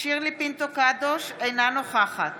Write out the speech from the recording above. שירלי פינטו קדוש, אינה נוכחת